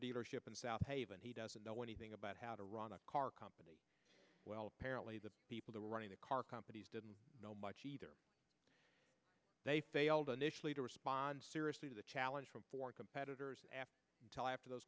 dealership in southaven he doesn't know anything about how to run a car company well apparently the people who were running the car companies didn't know much either they failed initially to respond seriously to the challenge from ford competitors after until after those